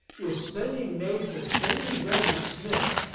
is sending major henry w. smith,